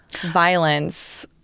violence